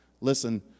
Listen